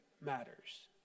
matters